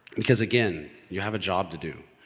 because again, you have a job to do.